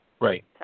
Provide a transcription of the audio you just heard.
Right